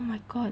oh my god